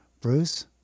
Bruce